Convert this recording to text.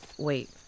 Wait